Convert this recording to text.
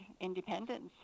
independence